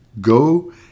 Go